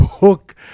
book